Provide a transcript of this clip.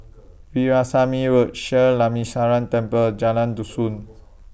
Veerasamy Road sheer Lakshminarayanan Temple Jalan Dusun